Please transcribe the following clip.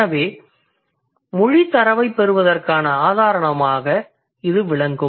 எனவே மொழித் தரவைப் பெறுவதற்கான ஆதாரமாக இது இருக்கும்